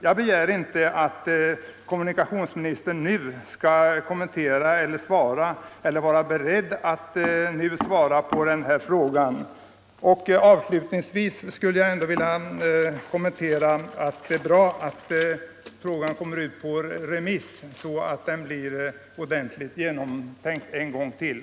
— Jag begär inte att kommunikationsministern nu skall vara beredd att kommentera eller ge besked 15 om den saken. Avslutningsvis skulle jag vilja framhålla att det är bra att frågan kommer ut på remiss så att den blir ordentligt genomlyst en gång till.